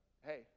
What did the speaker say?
hey